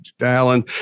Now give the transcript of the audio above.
Alan